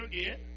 again